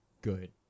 good